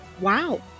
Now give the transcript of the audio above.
Wow